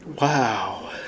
Wow